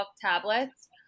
tablets